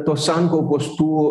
tos sankaupos tų